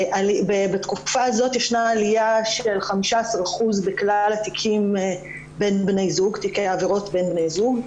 בתקופה זאת ישנה עלייה של 15% בכלל תיקי עבירות בין בני זוג.